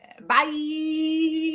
Bye